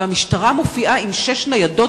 והמשטרה מופיעה עם שש ניידות,